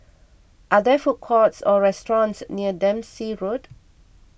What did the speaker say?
are there food courts or restaurants near Dempsey Road